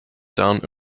down